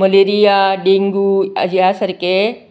malaria dengue ह्या सारके